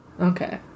Okay